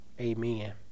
Amen